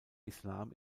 islam